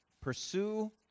Pursue